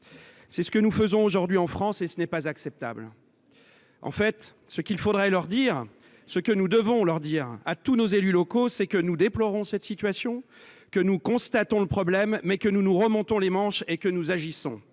c’est ce que nous faisons, aujourd’hui, en France, et ce n’est pas acceptable. En réalité, ce qu’il faudrait dire, ce que nous devons dire, à tous nos élus locaux, c’est que nous déplorons cette situation, que nous constatons le problème, mais que nous nous remontons les manches et que nous agissons